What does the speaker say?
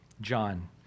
John